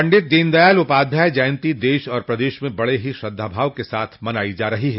पंडित दीनदयाल उपाध्याय जयन्ती देश और प्रदेश में बड़े ही श्रद्धाभाव के साथ मनाई जा रही है